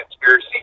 conspiracy